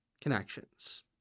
connections